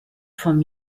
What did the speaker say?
vom